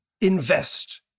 invest